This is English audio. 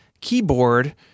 keyboard